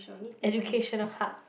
educational hub